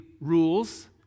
rules